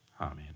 Amen